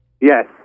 Yes